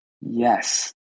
Yes